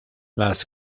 las